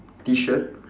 T shirt